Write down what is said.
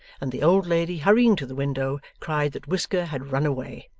and the old lady hurrying to the window cried that whisker had run away,